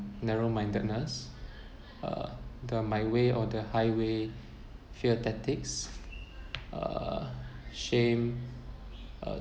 narrow mindedness uh the my way or the highway fear tactics uh shame uh